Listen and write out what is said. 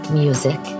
music